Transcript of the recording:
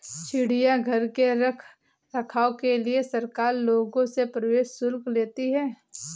चिड़ियाघर के रख रखाव के लिए सरकार लोगों से प्रवेश शुल्क लेती है